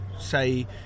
say